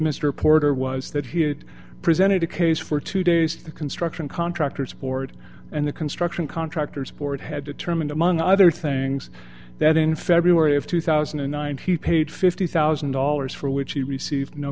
mr porter was that he had presented a case for two days the construction contractors board and the construction contractors board had determined among other things that in february of two thousand and nine he paid fifty thousand dollars for which he received no